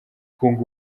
kunga